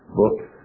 books